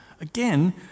again